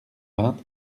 vingt